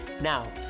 Now